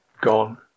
gone